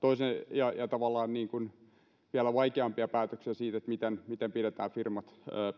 ja ja tavallaan vielä vaikeampia päätöksiä siitä miten miten pidetään firmat